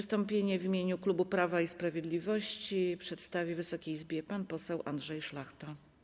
Stanowisko w imieniu klubu Prawa i Sprawiedliwości przedstawi Wysokiej Izbie pan poseł Andrzej Szlachta.